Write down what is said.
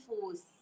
force